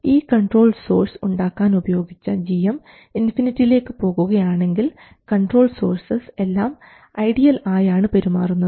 ഈ control sources ഉണ്ടാക്കാൻ ഉപയോഗിച്ച gm ഇൻഫിനിറ്റിയിലേക്ക് പോകുകയാണെങ്കിൽ കൺട്രോൾ സോഴ്സസ് എല്ലാം ഐഡിയൽ ആയാണ് പെരുമാറുന്നത്